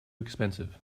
expensive